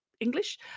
English